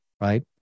right